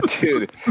Dude